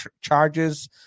charges